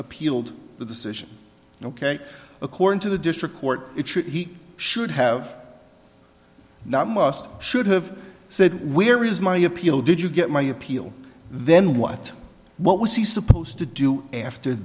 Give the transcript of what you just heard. appealed the decision ok according to the district court he should have not must should have said where is my appeal did you get my appeal then what what was he supposed to do after